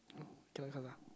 oh cannot curse ah